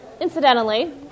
incidentally